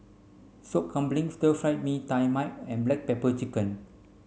Sop Kambing Stir Fry Mee Tai Mak and black pepper chicken